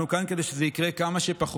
אנחנו כאן כדי שזה יקרה כמה שפחות.